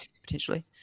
potentially